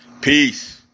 Peace